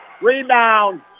Rebound